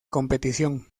competición